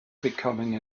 becoming